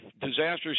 Disasters